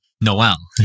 noel